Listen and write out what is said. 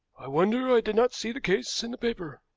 i wonder i did not see the case in the paper.